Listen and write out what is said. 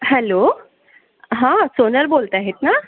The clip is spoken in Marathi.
हॅलो हा सोनल बोलत आहेत ना